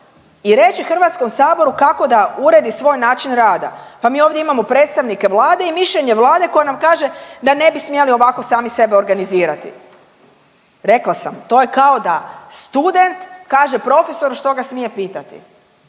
i reći Hrvatskom saboru kako da uredi svoj način rada. Pa mi ovdje imamo predstavnike Vlade i mišljenje Vlade koje nam kaže da ne bi smjeli ovako sami sebe organizirati. Rekla sam to je kao da student kaže profesoru što ga smije pitati,